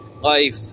life